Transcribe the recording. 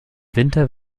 winter